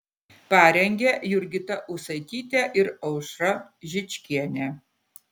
parengė jurgita ūsaitytė ir aušra žičkienė